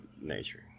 nature